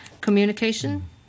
communication